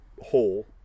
hole